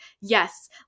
yes